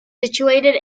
situated